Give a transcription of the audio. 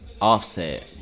Offset